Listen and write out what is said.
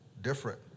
different